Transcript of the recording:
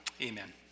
Amen